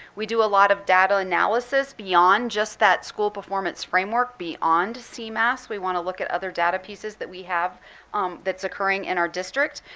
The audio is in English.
we do a lot of data analysis beyond just that school performance framework, beyond cmas. we want to look at other data pieces that we have that's occurring in our districts.